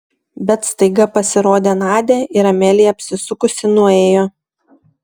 bet staiga pasirodė nadia ir amelija apsisukusi nuėjo